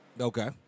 Okay